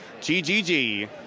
GGG